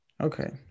Okay